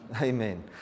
Amen